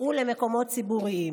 ולמקומות ציבוריים.